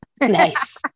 Nice